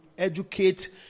educate